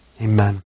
Amen